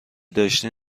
داشتین